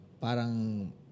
Parang